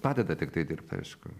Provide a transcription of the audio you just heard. padeda tiktai dirbt aišku